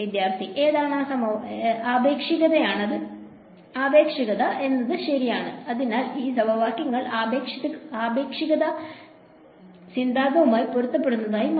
വിദ്യാർത്ഥി ആപേക്ഷികത ആപേക്ഷികതാശരിയാണ് അതിനാൽ ഈ സമവാക്യങ്ങൾ ആപേക്ഷികതാ സിദ്ധാന്തവുമായി പൊരുത്തപ്പെടുന്നതായി മാറി